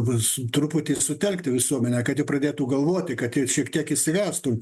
vus truputį sutelkti visuomenę kad ji pradėtų galvoti kad jie šiek tiek išsigąstų